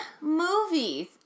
movies